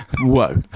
Whoa